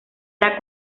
era